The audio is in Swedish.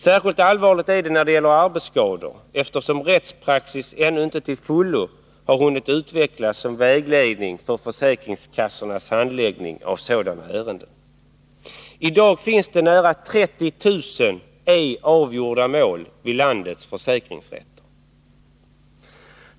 Särskilt allvarligt är det om ärendet gäller arbetsskada, eftersom rättspraxis ännu inte till fullo har hunnit utvecklas som vägledning för försäkringskassornas handläggning av sådana ärenden. I dag finns det nära 30 000 ej avgjorda mål vid landets försäkringsrätter.